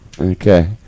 Okay